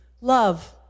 Love